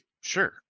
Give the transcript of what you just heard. sure